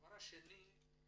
הדבר השני,